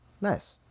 Nice